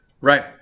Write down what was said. Right